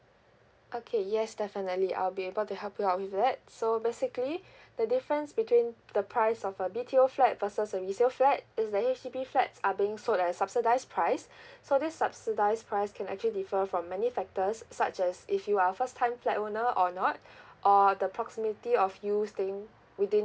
okay yes definitely I'll be able to help you out with that so basically the difference between the price of a B_T_O flat versus a resale flat is that H_D_B flats are being sold at subsidised price so this subsidised price can actually differ from many factors such as if you are a first time flat owner or not or the proximity of you staying within